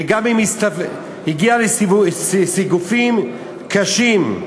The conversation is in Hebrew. היא גם הגיעה לסיגופים קשים,